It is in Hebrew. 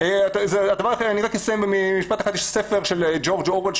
יש ספר של ג'ורג' אורוול,